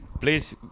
please